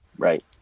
right